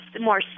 more